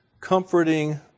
comforting